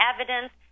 evidence